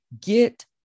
get